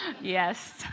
Yes